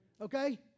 Okay